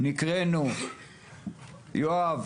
נקראנו יואב,